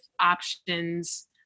options